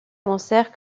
avancèrent